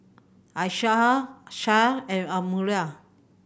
Aishah Syah and Amirul